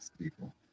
people